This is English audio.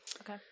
Okay